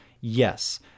yes